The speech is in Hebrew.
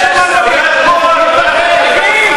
תגישו,